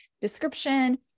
description